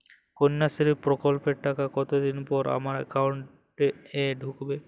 কন্যাশ্রী প্রকল্পের টাকা কতদিন পর আমার অ্যাকাউন্ট এ ঢুকবে?